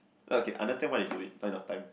no okay I understand why they do it point of time